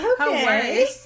Okay